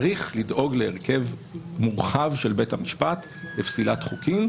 צריך לדאוג להרכב מורחב של בית המשפט בפסילת חוקים.